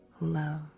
love